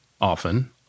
often